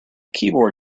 keyboard